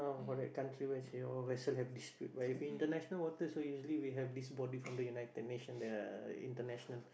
ah for that country where you know vessel have dispute where if international water so usually we have this body from the United-Nation the International